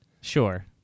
sure